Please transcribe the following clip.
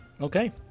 Okay